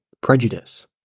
Prejudice